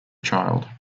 child